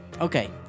Okay